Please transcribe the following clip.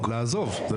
זה לעזוב.